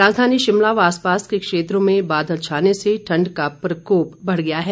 राजधानी शिमला व आसपास के क्षेत्रों में बादल छाने से ठण्ड का प्रकोप बढ़ गया है